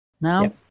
now